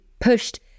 pushed